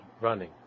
running